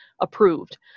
approved